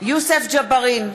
יוסף ג'בארין,